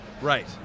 Right